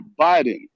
Biden